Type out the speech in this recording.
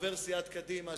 דובר סיעת קדימה,